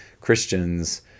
Christians